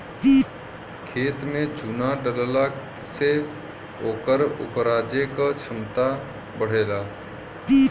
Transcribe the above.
खेत में चुना डलला से ओकर उपराजे क क्षमता बढ़ेला